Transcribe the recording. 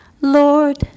Lord